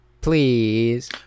Please